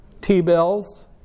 T-bills